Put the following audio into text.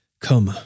Come